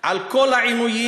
על כל העינויים,